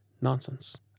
nonsense